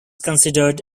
considered